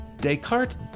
Descartes